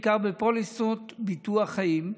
בעיקר בפוליסות ביטוח חיים,